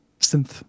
synth